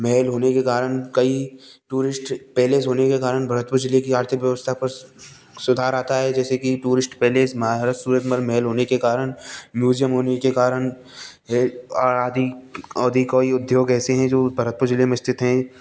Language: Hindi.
महल होने के कारण कई टूरिस्ट पैलेस होने के कारण भरतपुर ज़िले की आर्थिक व्यवस्था पर सुधार आता है जैसे कि टूरिस्ट पैलेस महाराजा सूरजमल महल होने के कारण म्यूज़ियम होने के कारण है आदि आदि कई उद्योग ऐसे हैं जो भरतपुर ज़िले में स्थित हैं